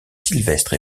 sylvestre